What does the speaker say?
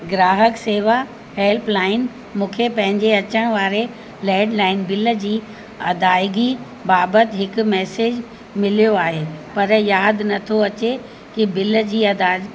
ग्राहक शेवा helpline मूंखे पंहिंजे अचणु वारे लैंडलाइन बिल जी अदायगी बाबति हिकु मैसेज मिलियो आहे पर यादि नथो अचे कंहिं बिल जी अदा